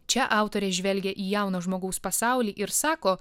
čia autorė žvelgia į jauno žmogaus pasaulį ir sako